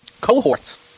cohorts